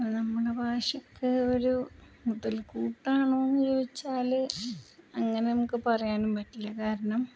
അ നമ്മുടെ ഭാഷയ്ക്ക് ഒരു മുതൽക്കൂട്ടാണോ എന്നു ചോദിച്ചാല് അങ്ങനെ നമുക്കു പറയാനും പറ്റില്ല കാരണം